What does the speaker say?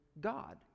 God